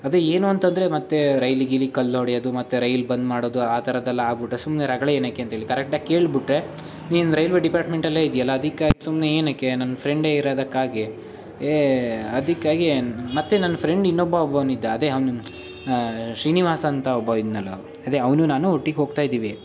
ಅದೇ ಏನು ಅಂತಂದರೆ ಮತ್ತೆ ರೈಲಿಗೆ ಗೀಲಿಗೆ ಕಲ್ಲು ಹೊಡ್ಯೋದು ಮತ್ತು ರೈಲ್ ಬಂದ್ ಮಾಡೋದು ಆ ಥರದ್ದೆಲ್ಲ ಆಗ್ಬಿಟ್ರೆ ಸುಮ್ಮನೆ ರಗಳೆ ಏನಕ್ಕೆ ಅಂತೇಳಿ ಕರೆಕ್ಟಾಗಿ ಕೇಳ್ಬಿಟ್ರೆ ನೀನು ರೈಲ್ವೆ ಡಿಪಾರ್ಟ್ಮೆಂಟಲ್ಲೇ ಇದ್ದೀಯಲ್ಲ ಅದಕ್ಕಾಗಿ ಸುಮ್ಮನೆ ಏನಕ್ಕೆ ನನ್ನ ಫ್ರೆಂಡೇ ಇರೋದಕ್ಕಾಗಿ ಅದಕ್ಕಾಗಿ ಮತ್ತು ನನ್ನ ಫ್ರೆಂಡ್ ಇನ್ನೊಬ್ಬ ಹೋಗ್ವನಿದ್ದ ಅದೇ ಅವ್ನು ಶ್ರೀನಿವಾಸ ಅಂತ ಒಬ್ಬವ ಇದ್ದನಲ್ಲೋ ಅದೇ ಅವನೂ ನಾನೂ ಒಟ್ಟಿಗೇ ಹೋಗ್ತಾ ಇದ್ದೀವಿ